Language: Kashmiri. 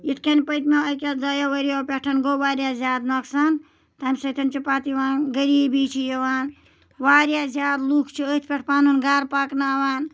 یِتھۍ کَنۍ پٔتمو اَکیو دۄیو ؤریو پٮ۪ٹھ گوٚو واریاہ زیادٕ نۄقصان تَمہِ ستۍ چھُ پَتہٕ یِوان غریٖبی چھِ پَتہٕ یِوان واریاہ زیادٕ لُکھ چھِ پَتہٕ أتھۍ پٮ۪ٹھ پَنُن گرٕ پَکناوان